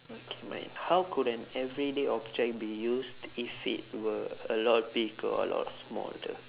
okay mine how could an everyday object be used if it were a lot bigger or smaller